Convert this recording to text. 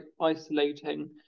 isolating